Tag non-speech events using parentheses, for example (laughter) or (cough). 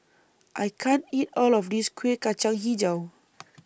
I can't eat All of This Kueh Kacang Hijau (noise)